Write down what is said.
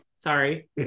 Sorry